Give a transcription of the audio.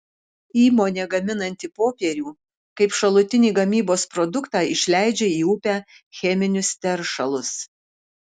įmonė gaminanti popierių kaip šalutinį gamybos produktą išleidžia į upę cheminius teršalus